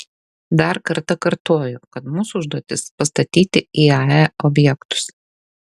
dar kartą kartoju kad mūsų užduotis pastatyti iae objektus